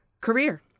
career